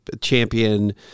champion